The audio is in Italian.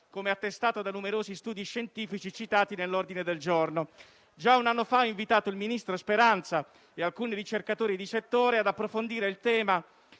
come attestato da numerosi studi scientifici citati nell'ordine del giorno. Già un anno fa ho invitato il ministro Speranza e alcuni ricercatori di settore ad approfondire il tema.